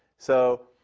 so,